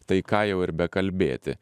tai ką jau ir bekalbėti